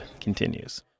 continues